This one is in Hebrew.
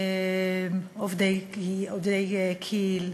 עובדי כי"ל,